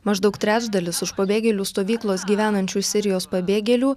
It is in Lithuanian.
maždaug trečdalis už pabėgėlių stovyklos gyvenančių sirijos pabėgėlių